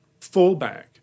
fallback